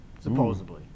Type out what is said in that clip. supposedly